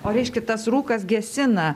o reiškia tas rūkas gesina